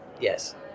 yes